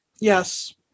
yes